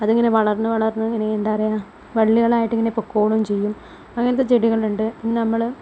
അതിങ്ങനെ വളർന്ന് വളർന്ന് ഇങ്ങനെ എന്താ പറയുക വള്ളികളായിട്ട് ഇങ്ങനെ പോവുകയും ചെയ്യും അങ്ങനത്തെ ചെടികളുണ്ട് പിന്നെ നമ്മൾ